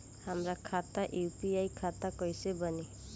हमार खाता यू.पी.आई खाता कइसे बनी?